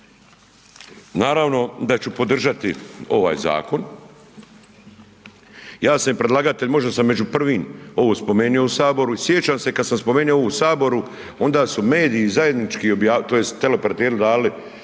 Naravno da ću podržati ovaj Zakon, ja sam i predlagatelj, možda sam među prvim ovo spomenuo u Saboru i sjećam se kad sam spomenuo ovo u Saboru, onda su mediji zajednički objavili, to jest teleoperateri dali